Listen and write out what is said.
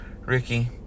Ricky